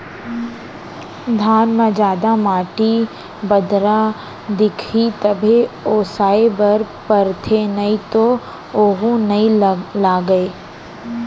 धान म जादा माटी, बदरा दिखही तभे ओसाए बर परथे नइ तो वोहू नइ लागय